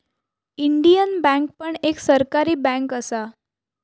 Indian bank पण एक सरकारी बँक असा